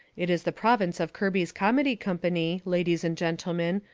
it is the province of kirby's komedy kompany, ladies and gentlemen,